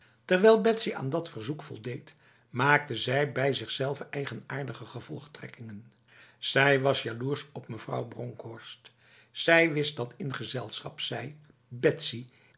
terwijl betsy aan dat verzoek voldeed maakte zij bij zichzelve eigenaardige gevolgtrekkingen zij was jaloers op mevrouw bronkhorst zij wist dat in gezelschap zij